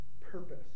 purpose